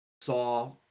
saw